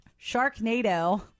Sharknado